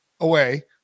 away